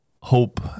hope